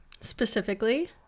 Specifically